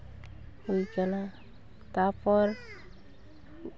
ᱦᱩᱭ ᱠᱟᱱᱟ ᱛᱟᱨᱯᱚᱨ